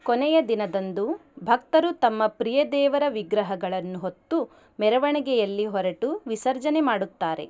ಕೊನೆಯ ದಿನದಂದು ಭಕ್ತರು ತಮ್ಮ ಪ್ರಿಯ ದೇವರ ವಿಗ್ರಹಗಳನ್ನು ಹೊತ್ತು ಮೆರವಣಿಗೆಯಲ್ಲಿ ಹೊರಟು ವಿಸರ್ಜನೆ ಮಾಡುತ್ತಾರೆ